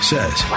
Says